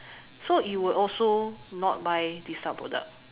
so you would also not buy this type of product